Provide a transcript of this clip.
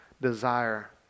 desire